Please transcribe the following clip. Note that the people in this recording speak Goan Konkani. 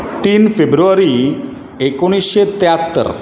तीन फेब्रुवारी एकुणशें त्यातर